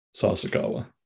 sasakawa